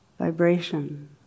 vibration